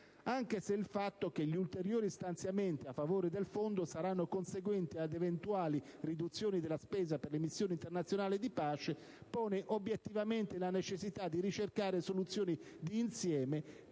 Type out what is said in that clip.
anche se il fatto che gli ulteriori stanziamenti a favore del fondo saranno conseguenti ad eventuali riduzioni della spesa per le missioni internazionali di pace pone obiettivamente la necessità di ricercare soluzioni di insieme che